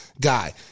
guy